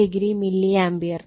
64o milli ampere